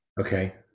Okay